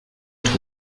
tod